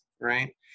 Right